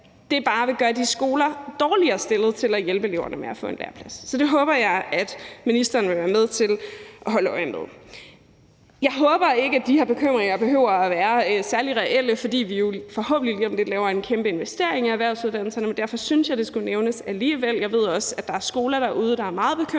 det bare vil gøre de skoler dårligere stillet til at hjælpe eleverne med at få en læreplads, så det håber jeg at ministeren vil være med til at holde øje med. Jeg håber ikke, at de her bekymringer behøver at være særligt reelle. For forhåbentlig lige om lidt laver vi en kæmpe investering i erhvervsuddannelserne, men jeg synes, at det skulle nævnes alligevel. Jeg ved også, at der er skoler derude, der er meget bekymret